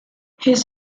his